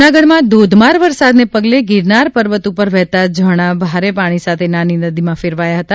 જૂનાગઢમાં ઘોઘમાર વરસાદને પગલે ગિરનાર પર્વત ઉપર વહેતા ઝરણાં ભારે પાણી સાથે નાની નદીમાં ફેરવાયા હતા